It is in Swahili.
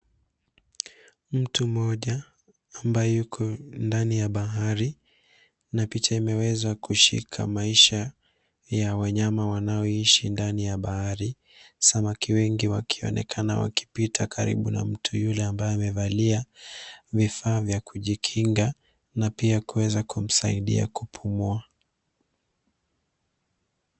Mtu mmoja yuko ndani ya bahari na picha imeweza kunasa maisha ya wanyama wanaoishi ndani ya bahari. Samaki wengi wanaonekana wakipita karibu na mtu yule ambaye amevaa mavazi ya kujikinga na pia kumsaidia kupumua.